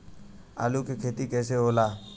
आलू के खेती कैसे होला?